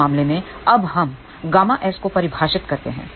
इस मामले में अब हम Ƭs को परिभाषित करते हैं